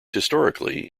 historically